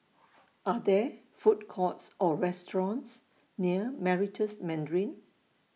Are There Food Courts Or restaurants near Meritus Mandarin